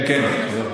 כן, כן.